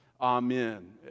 amen